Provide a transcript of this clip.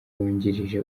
wungirije